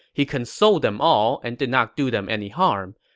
he consoled them all and did not do them any harm.